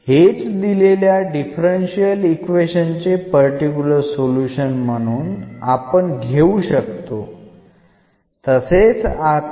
ഇവിടെ നൽകിയിരിക്കുന്ന ഡിഫറൻഷ്യൽ സമവാക്യത്തിന്റെ ഒരു പർട്ടിക്കുലർ സൊല്യൂഷൻ ആണിത്